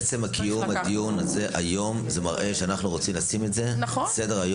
עצם קיום הדיון הזה היום מראה שאנחנו רוצים לשים את זה על סדר-היום.